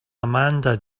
amanda